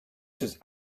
just